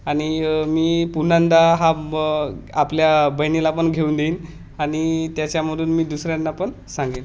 आनि मी पुन्यांदा हा म आपल्या बहिणीला पण घेऊन देईन आणि त्याच्यामधून मी दुसऱ्यांना पण सांगेन